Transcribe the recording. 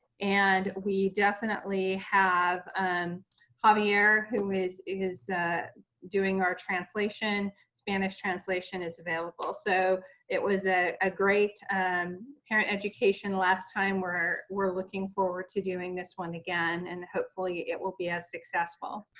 and we definitely have javier who is is doing our translation, spanish translation is available. so it was a ah great parent education last time, we're we're looking forward to doing this one again, and hopefully it will be as successful.